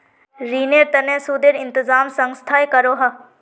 रिनेर तने सुदेर इंतज़ाम संस्थाए करोह